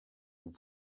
vous